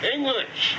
English